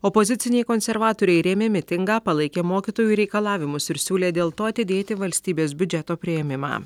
opoziciniai konservatoriai rėmė mitingą palaikė mokytojų reikalavimus ir siūlė dėl to atidėti valstybės biudžeto priėmimą